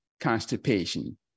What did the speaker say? constipation